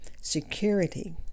Security